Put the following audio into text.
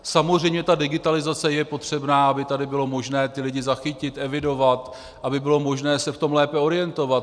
Samozřejmě ta digitalizace je potřebná, aby tady bylo možné ty lidi zachytit, evidovat, aby bylo možné se v tom lépe orientovat.